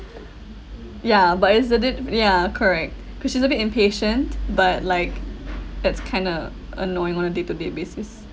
yeah but it's a bit yeah correct cause she's a bit impatient but like it's kinda annoying on a day to day basis